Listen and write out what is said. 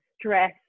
stress